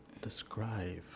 describe